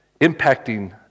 impacting